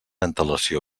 antelació